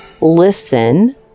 Listen